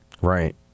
Right